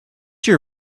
your